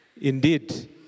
Indeed